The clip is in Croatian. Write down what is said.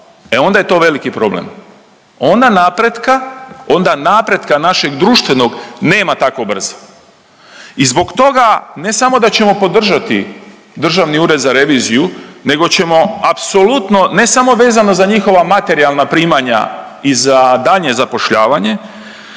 e onda je to veliki problem, onda napretka našeg društvenog nema tako brzo. I zbog toga ne samo da ćemo podržati Državni ured za reviziju, nego ćemo apsolutno ne samo vezano za njihova materijalna primanja i za daljnje zapošljavanje,